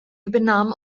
übernahm